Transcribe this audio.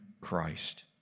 Christ